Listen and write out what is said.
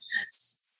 Yes